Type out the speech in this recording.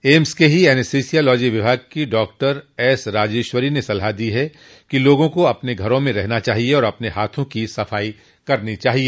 AIIMS के ही anaesthesiology विभाग की डॉक्टर एस राजेश्वरी ने सलाह दी है कि लोगों को अपने घरों में रहना चाहिए और अपने हाथों की सफाई करनी चाहिए